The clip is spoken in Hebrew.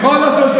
בכל לשון של בקשה,